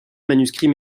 manuscrits